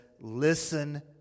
Listen